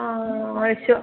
ആ അയച്ചോ